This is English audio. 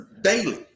daily